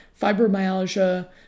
fibromyalgia